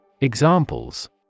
Examples